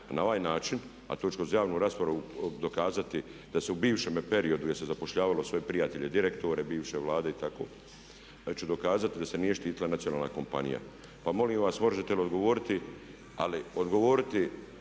Na ovaj način a to ću kroz javnu raspravu dokazati da se u bivšemu periodu gdje se je zapošljavalo svoje prijatelje, direktore bivše Vlade i tako, ja ću dokazati da se nije štitila nacionalna kompanija pa molim vas možete li odgovoriti ali odgovoriti